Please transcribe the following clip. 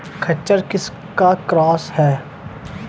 खच्चर किसका क्रास है?